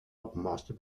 harbourmaster